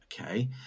okay